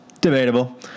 Debatable